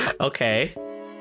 Okay